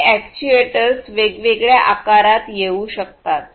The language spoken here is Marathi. हे अॅक्ट्युएटर्स वेगवेगळ्या आकारात येऊ शकतात